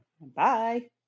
Bye